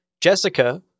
Jessica